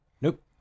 Nope